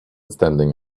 standing